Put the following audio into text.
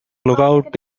lookout